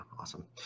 awesome